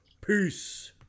Peace